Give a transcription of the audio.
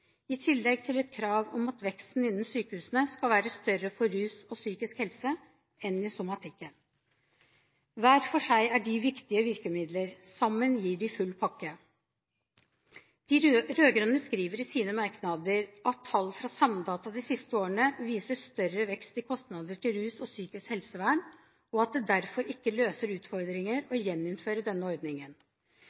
i tillegg til et krav om at veksten innenfor sykehusene skal være større for rus og psykisk helse enn innenfor somatikken. Hver for seg er de viktige virkemidler – sammen gir de full pakke. De rød-grønne skriver i sine merknader at tall fra Samdata de siste årene viser større vekst i kostnadene til rus og psykisk helsevern, og at det derfor ikke løser utfordringer å gjeninnføre denne ordningen.